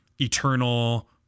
eternal